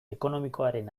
ekonomikoaren